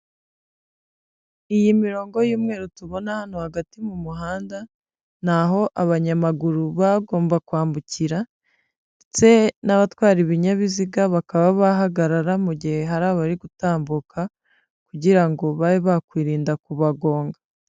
Iyi mirongo y'umweru tubona hano hagati mu muhanda, ni aho abanyamaguru baba bagomba kwambukira ndetse n'abatwara ibinyabiziga bakaba bahagarara mu gihe hari abari gutambuka kugira ngo babe bakwirinda kubagonga.